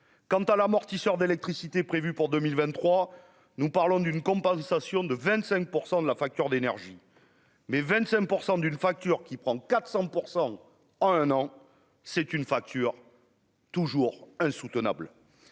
quant à l'amortisseur d'électricité prévue pour 2023, nous parlons d'une compensation de 25 % de la facture d'énergie, mais 25 % d'une facture qui prend 400 % en un an, c'est une facture toujours insoutenable